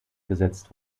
gesetzt